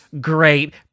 great